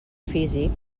físic